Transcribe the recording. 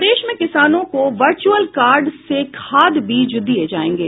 प्रदेश में किसानों को वर्चुअल कार्ड से खाद बीज दिये जायेंगे